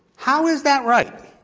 how is that right?